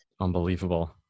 Unbelievable